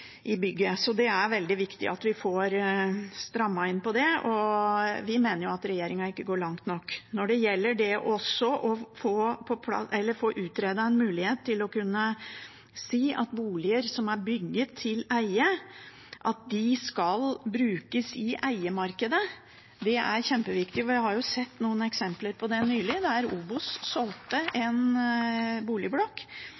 bygget. Så det er veldig viktig at vi får strammet inn på det. Vi mener at regjeringen ikke går langt nok. Når det gjelder å få utredet en mulighet til å kunne si at boliger som er bygget til eie, skal brukes i eiemarkedet, er det kjempeviktig, for jeg har sett noen eksempler nylig, der OBOS solgte en boligblokk til et kommersielt utleieselskap. Da vil det